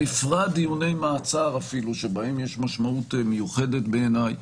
בפרט בדיוני מעצר שבהם יש משמעות מיוחדת בעיניי.